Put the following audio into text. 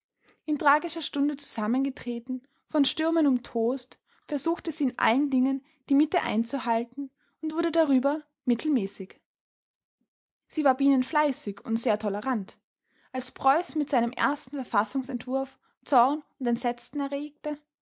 in tragischer stunde zusammengetreten von stürmen umtost versuchte sie in allen dingen die mitte einzuhalten und wurde darüber mittelmäßig sie war bienenfleißig und sehr tolerant als preuss mit seinem ersten verfassungsentwurf zorn und entsetzen erregte